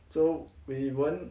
so we won't